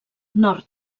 nord